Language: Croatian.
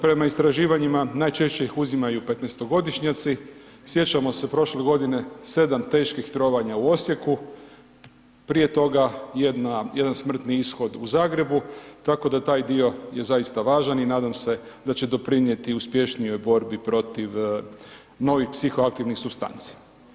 Prema istraživanjima najčešće iz uzimaju 15-to godišnjaci, sjećamo se prošle godine 7 teških trovanja u Osijeku, prije toga jedan smrtni ishod u Zagrebu, tako da taj dio je zaista važan i nadam se da će doprinijeti uspješnijoj borbi protiv novih psihoaktivnih supstanci.